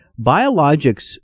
biologics